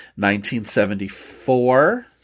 1974